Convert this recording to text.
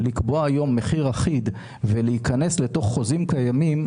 לקבוע היום מחיר אחיד ולהיכנס לתוך חוזים קיימים,